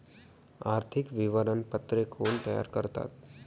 आर्थिक विवरणपत्रे कोण तयार करतात?